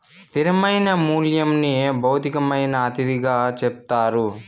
స్థిరమైన మూల్యంని భౌతికమైన అతిథిగా చెప్తారు